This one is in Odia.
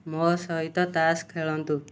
ମୋ ସହିତ ତାସ୍ ଖେଳନ୍ତୁ